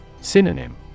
Synonym